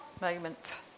moment